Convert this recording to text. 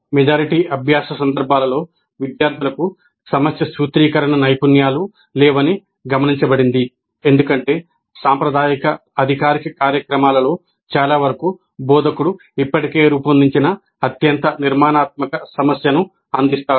majority అభ్యాస సందర్భాలలో విద్యార్థులకు సమస్య సూత్రీకరణ నైపుణ్యాలు లేవని గమనించబడింది ఎందుకంటే సాంప్రదాయిక అధికారిక కార్యక్రమాలలో చాలావరకు బోధకుడు ఇప్పటికే రూపొందించిన అత్యంత నిర్మాణాత్మక సమస్యను అందిస్తాడు